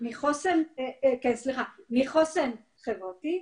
מחוסן חברתי,